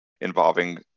involving